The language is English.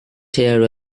tear